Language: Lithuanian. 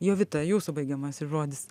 jovita jūsų baigiamasis žodis